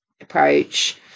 approach